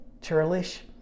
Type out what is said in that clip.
churlish